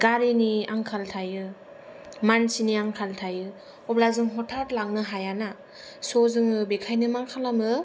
गारिनि आंखाल थायो मानसिनि आंखाल थायो अब्ला जों हथाद लांनो हाया ना स' जोङो बेखायनो मा खालामो